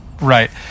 Right